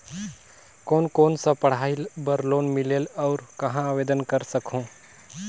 कोन कोन सा पढ़ाई बर लोन मिलेल और कहाँ आवेदन कर सकहुं?